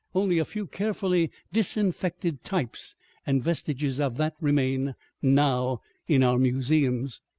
only a few carefully disinfected types and vestiges of that remain now in our museums.